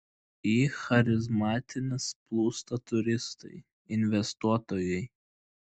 į charizmatines plūsta turistai investuotojai